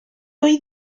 oedd